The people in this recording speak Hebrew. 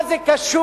מה זה קשור?